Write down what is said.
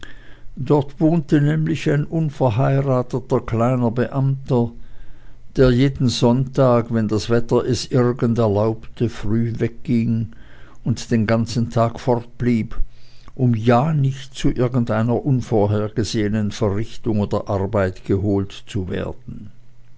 dort wohnte nämlich ein unverheirateter kleiner beamter der jeden sonntag wenn das wetter es irgend erlaubte früh wegging und den ganzen tag fortblieb um ja nicht zu irgendeiner unvorhergesehenen verrichtung oder arbeit geholt zu werden